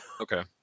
Okay